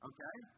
Okay